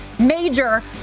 Major